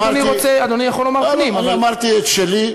אם אדוני רוצה, אדוני יוכל לומר, אמרתי את שלי.